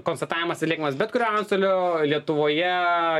konstatavimas atliekamas bet kurio antstolio lietuvoje